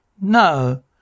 No